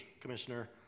Commissioner